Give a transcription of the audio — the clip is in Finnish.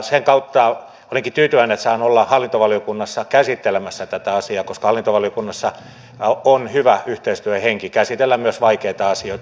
sen kautta olenkin tyytyväinen että saan olla hallintovaliokunnassa käsittelemässä tätä asiaa koska hallintovaliokunnassa on hyvä yhteistyöhenki käsitellä myös vaikeita asioita